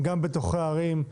גם בתוך הערים,